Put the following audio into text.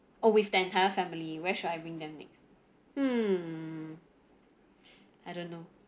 or with the entire family where shall I bring them next hmm I don't know